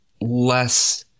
less